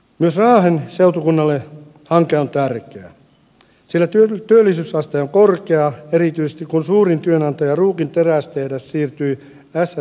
myös raahen seutukunnalle hanke on tärkeä sillä työllisyysaste on korkea erityisesti kun suurin työnantaja ruukin terästehdas siirtyi ssabn omistukseen